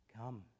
come